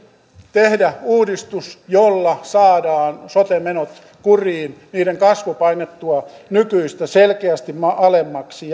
tehdä uudistus jolla saadaan sote menot kuriin niiden kasvu painettua nykyistä selkeästi alemmaksi